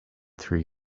through